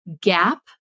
Gap